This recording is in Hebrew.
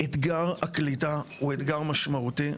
אתגר הקליטה הוא אתגר משמעותי,